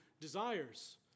desires